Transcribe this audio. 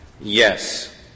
Yes